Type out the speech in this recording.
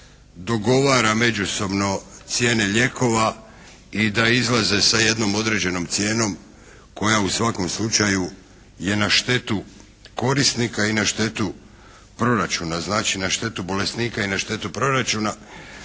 dogovara međusobno cijene lijekova i da izlaze sa jednom određenom cijenom koja u svakom slučaju je na štetu korisnika i na štetu proračuna, znači na štetu bolesnika i na štetu proračuna,